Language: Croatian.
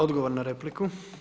Odgovor na repliku.